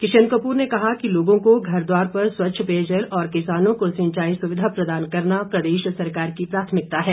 किशन कपूर ने कहा कि लोगों को घर द्वार पर स्वच्छ पेयजल और किसानों को सिंचाई सुविधा प्रदान करना प्रदेश सरकार की प्राथमिकता है